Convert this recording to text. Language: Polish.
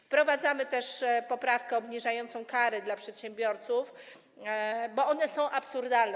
Wprowadzamy też poprawkę obniżającą kary dla przedsiębiorców, bo one są absurdalne.